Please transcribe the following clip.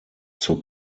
zur